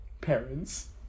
parents